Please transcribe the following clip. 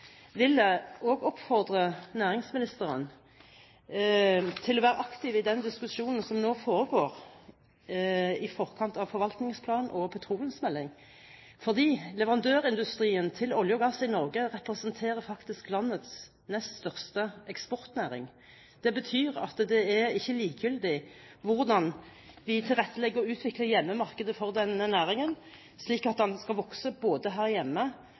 vil jeg også oppfordre næringsministeren til å være aktiv i den diskusjonen som nå foregår i forkant av forvaltningsplan og petroleumsmelding, fordi leverandørindustrien til olje og gass i Norge faktisk representerer landets nest største eksportnæring. Det betyr at det er ikke likegyldig hvordan vi tilrettelegger og utvikler hjemmemarkedet for denne næringen, slik at den skal vokse her hjemme